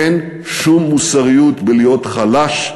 אין שום מוסריות בלהיות חלש,